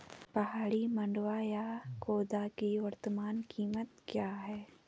पहाड़ी मंडुवा या खोदा की वर्तमान कीमत क्या है?